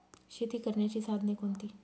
शेती करण्याची साधने कोणती?